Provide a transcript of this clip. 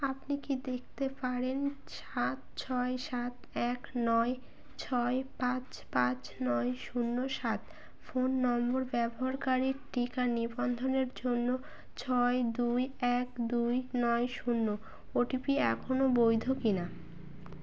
আপনি কি দেখতে পারেন সাত ছয় সাত এক নয় ছয় পাঁচ পাঁচ নয় শূন্য সাত ফোন নম্বর ব্যবহারকারীর টিকা নিবন্ধনের জন্য ছয় দুই এক দুই নয় শূন্য ওটিপি এখনও বৈধ কিনা